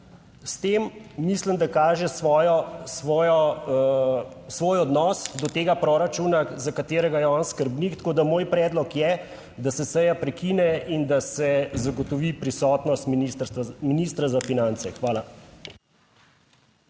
S tem mislim, da kaže svoj odnos do tega proračuna za katerega je on skrbnik. Tako da moj predlog je, da se seja prekine, in da se zagotovi prisotnost ministra za finance. Hvala.